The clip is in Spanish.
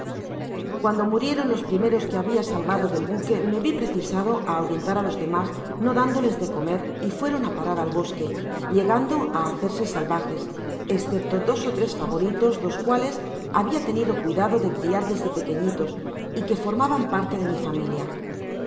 cuando murieron los primeros que habia salvado del buque me vi precisado á ahuyentar á los demas no dándoles de comer y faeton á parar al bosque llegando á hacerse salvajes escepto dos ó tres favoritos los cuales habia tenido cuidado de criar desde pequeüitos y que formaban parte de mi familia